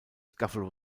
scuffle